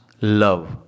love